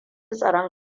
tsoron